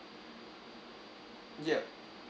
ya